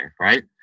right